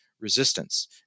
resistance